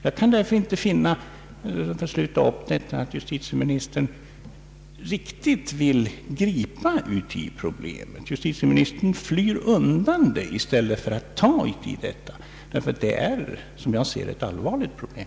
Jag kan inte finna att justitieministern riktigt vill gripa tag i problemet. Justitieministern flyr undan det i stället för att ta i det. Detta är, som jag ser det, ett allvarligt problem.